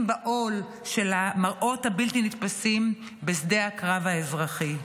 בעול של המראות הבלתי-נתפסים בשדה הקרב האזרחי.